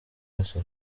yose